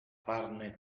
farne